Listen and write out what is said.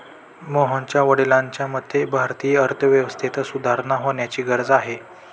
मोहनच्या वडिलांच्या मते, भारतीय अर्थव्यवस्थेत सुधारणा होण्याची गरज आहे